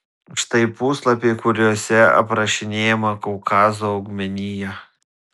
štai puslapiai kuriuose aprašinėjama kaukazo augmenija